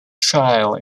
trial